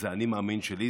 זה ה'אני מאמין' שלי,